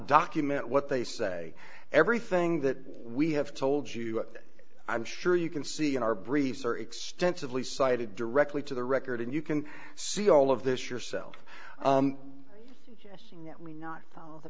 document what they say everything that we have told you i'm sure you can see in our briefs are extensively cited directly to the record and you can see all of this yourself yes we not